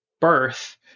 birth